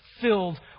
filled